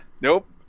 nope